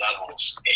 levels